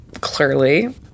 clearly